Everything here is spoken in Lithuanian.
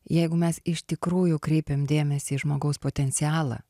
jeigu mes iš tikrųjų kreipiam dėmesį į žmogaus potencialą